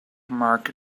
mark